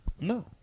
No